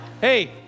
hey